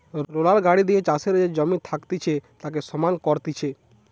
roller গাড়ি দিয়ে চাষের যে জমি থাকতিছে তাকে সমান করতিছে